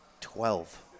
Twelve